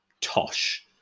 tosh